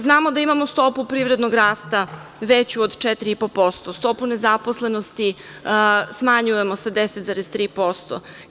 Znamo da imamo stopu privredno rasta veću od 4,5%, stopu nezaposlenosti smanjujemo sa 10,3%